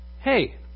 hey